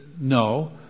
no